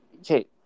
Okay